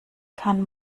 kann